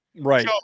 Right